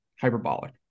hyperbolic